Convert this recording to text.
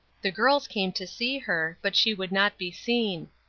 the girls came to see her but she would not be seen.